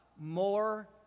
more